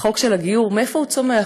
החוק של הגיור, מאיפה הוא צומח?